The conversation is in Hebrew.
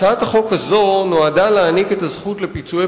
הצעת החוק הזו נועדה להעניק את הזכות לפיצויי